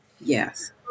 Yes